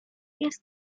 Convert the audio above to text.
jest